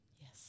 Yes